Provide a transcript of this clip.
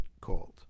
called